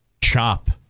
chop